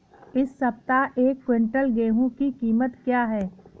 इस सप्ताह एक क्विंटल गेहूँ की कीमत क्या है?